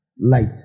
light